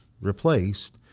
replaced